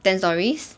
ten stories